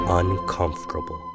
uncomfortable